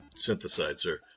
synthesizer